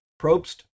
Probst